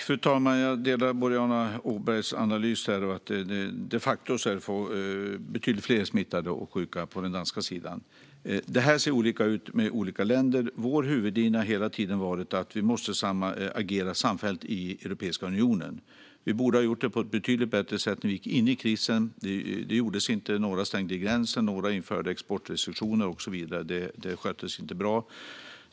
Fru talman! Jag delar Boriana Åbergs analys här. De facto är betydligt fler smittade och sjuka på den danska sidan. Det ser olika ut i olika länder. Vår huvudlinje har hela tiden varit att vi måste agera samfällt i Europeiska unionen. Vi borde ha gjort det på ett betydligt bättre sätt när vi gick in i krisen. Det gjordes inte. Några stängde gränsen, några införde exportrestriktioner och så vidare. Det sköttes inte bra.